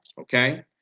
Okay